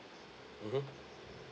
mmhmm